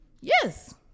yes